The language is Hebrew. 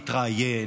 מתראיין,